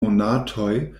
monatoj